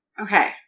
Okay